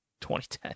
2010